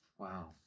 Wow